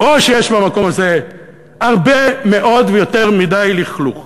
או שיש במקום הזה הרבה מאוד ויותר מדי לכלוך.